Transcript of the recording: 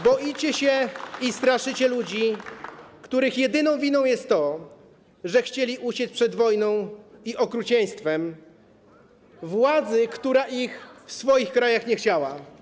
Boicie się i straszycie ludzi, których jedyną winą jest to, że chcieli uciec przed wojną i okrucieństwem władzy, która ich w swoich krajach nie chciała.